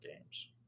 games